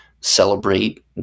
celebrate